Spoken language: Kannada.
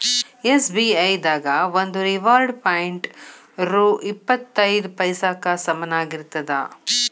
ಎಸ್.ಬಿ.ಐ ದಾಗ ಒಂದು ರಿವಾರ್ಡ್ ಪಾಯಿಂಟ್ ರೊ ಇಪ್ಪತ್ ಐದ ಪೈಸಾಕ್ಕ ಸಮನಾಗಿರ್ತದ